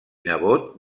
nebot